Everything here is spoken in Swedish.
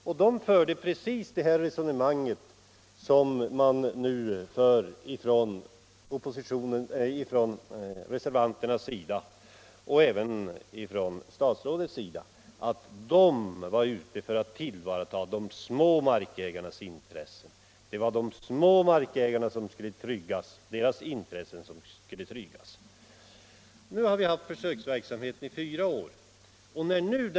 Den gången förde man precis samma resonemang som reservanterna och även statsrådet nu för, nämligen att man var ute för att tillvarata och trygga de små markägarnas intressen. Nu har vi haft försöksverksamheten i fyra år.